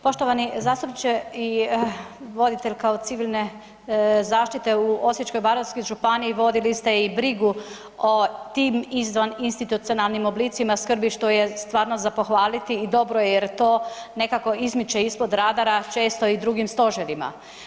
Poštovani zastupniče i voditelj kao civilne zaštite u Osječko-baranjskoj županiji vodili ste i brigu o tim izvan institucionalnim oblicima skrbi što je stvarno za pohvaliti i dobro jer to nekako izmiče ispod rada često i drugim stožerima.